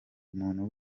umuntu